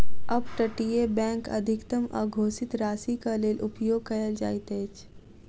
up तटीय bank अधिकतम अघोषित राशिक लेल उपयोग कयल जाइत अछि